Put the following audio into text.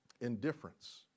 Indifference